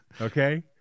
Okay